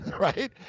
right